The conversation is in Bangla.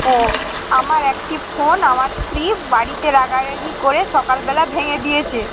ওহ আমার একটি ফোন আমার স্ত্রী বাড়িতে রাগারাগি করে সকালবেলা ভেঙে দিয়ছে